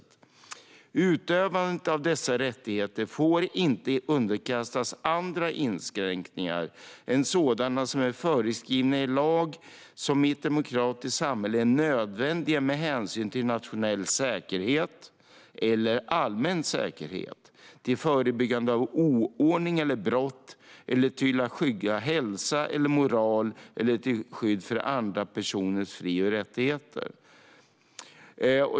Vidare anges: "Utövandet av dessa rättigheter får inte underkastas andra inskränkningar än sådana som är föreskrivna i lag och som i ett demokratiskt samhälle är nödvändiga med hänsyn till statens säkerhet eller den allmänna säkerheten, till förebyggande av oordning eller brott, till skydd för hälsa eller moral eller till skydd för andra personers fri och rättigheter."